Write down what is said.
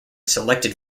selected